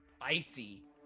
Spicy